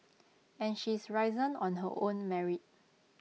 and she's risen on her own merit